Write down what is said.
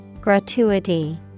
Gratuity